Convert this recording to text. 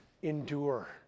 endure